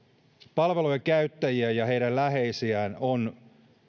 palvelujen käyttäjiä ja heidän läheisiään on